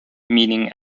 meaning